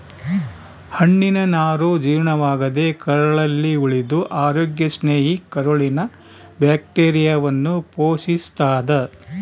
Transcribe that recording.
ಹಣ್ಣಿನನಾರು ಜೀರ್ಣವಾಗದೇ ಕರಳಲ್ಲಿ ಉಳಿದು ಅರೋಗ್ಯ ಸ್ನೇಹಿ ಕರುಳಿನ ಬ್ಯಾಕ್ಟೀರಿಯಾವನ್ನು ಪೋಶಿಸ್ತಾದ